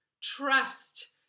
trust